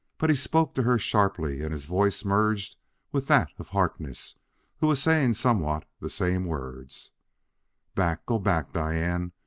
but he spoke to her sharply, and his voice merged with that of harkness who was saying somewhat the same words back go back, diane!